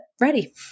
ready